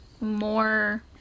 more